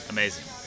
Amazing